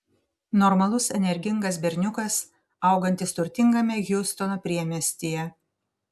normalus energingas berniukas augantis turtingame hjustono priemiestyje